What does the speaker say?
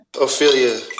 Ophelia